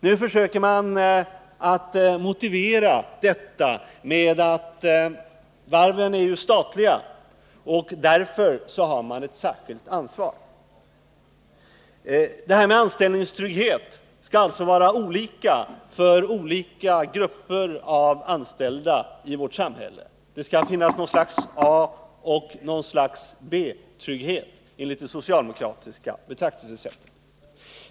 Nu försöker de att motivera det med att varven är statliga och att man därför har ett särskilt ansvar. Det här med 177 anställningstrygghet skall alltså gälla olika för olika grupper av anställda i vårt samhälle — det skall finnas ett slags A-trygghet och ett slags B-trygghet enligt det socialdemokratiska betraktelsesättet.